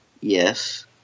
Yes